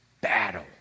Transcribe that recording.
battle